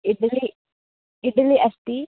इडलि इडलि अस्ति